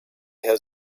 has